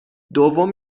دوم